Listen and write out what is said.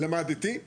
למדתי.